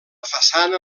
façana